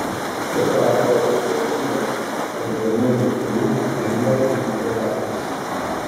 po darbo abu su ramune padedami dukrų kimba į ūkio darbus